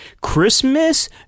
Christmas